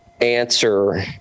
Answer